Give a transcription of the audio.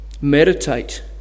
meditate